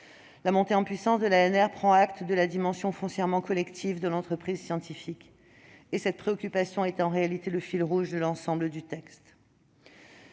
la montée en puissance de l'ANR prend acte de la dimension foncièrement collective de l'entreprise scientifique. Cette préoccupation est en réalité le fil rouge de l'ensemble du texte.